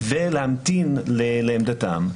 ולהמתין לעמדתם.